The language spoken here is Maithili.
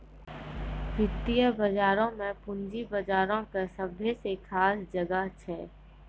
वित्तीय बजारो मे पूंजी बजारो के सभ्भे से खास जगह छै